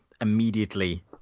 immediately